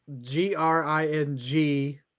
G-R-I-N-G